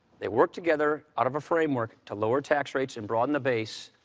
they worked together out of a framework to lower tax rates and broaden the base,